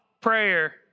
prayer